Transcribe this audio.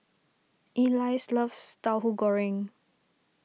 Elyse loves Tahu Goreng